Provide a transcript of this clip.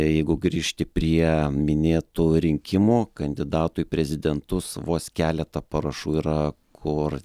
jeigu grįžti prie minėtų rinkimų kandidatų į prezidentus vos keletą parašų yra kur